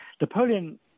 Napoleon